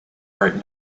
right